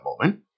moment